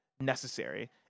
necessary